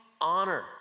Honor